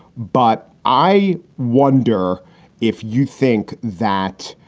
but i wonder if you think that.